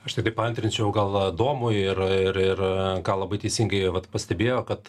aš tiktai paantrinčiau gal domui ir ir ir ką labai teisingai vat pastebėjo kad